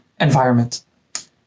environment